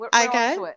Okay